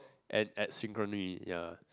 and at synchronously ya